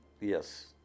Yes